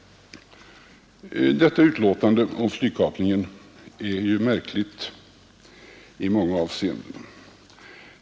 Detta utlåtande om flygkapningen är märkligt i många avseenden.